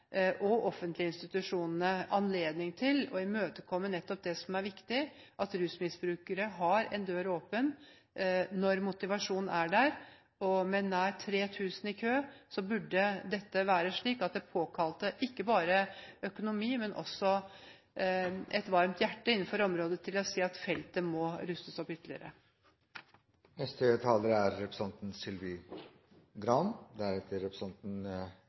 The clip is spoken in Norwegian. og offentlige institusjonene anledning til å imøtekomme nettopp det som er viktig: at rusmisbrukere har en dør åpen når motivasjonen er der. Og med nær 3 000 i kø burde dette ikke bare påkalle økonomi, men også et varmt hjerte innenfor området til å si at feltet må rustes opp ytterligere. Et viktig verktøy for å motvirke diskriminering er